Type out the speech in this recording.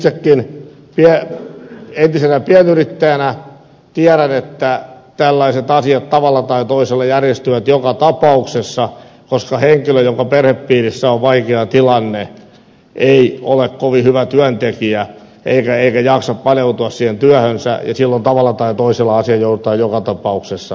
itsekin entisenä pienyrittäjänä tiedän että pienissä yrityksissä tällaiset asiat tavalla tai toisella järjestyvät joka tapauksessa koska henkilö jonka perhepiirissä on vaikea tilanne ei ole kovin hyvä työntekijä eikä jaksa paneutua työhönsä ja silloin tavalla tai toisella asia joudutaan joka tapauksessa ratkaisemaan